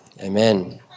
Amen